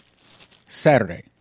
Saturday